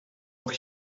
auch